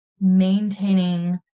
maintaining